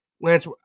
Lance